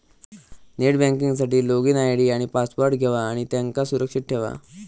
net banking साठी login ID आणि password घेवा आणि त्यांका सुरक्षित ठेवा